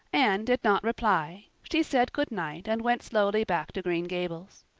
anne did not reply she said good night and went slowly back to green gables.